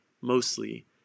mostly